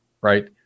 right